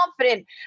confident